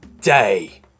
day